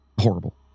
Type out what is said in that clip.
Horrible